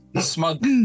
smug